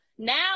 Now